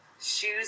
Shoes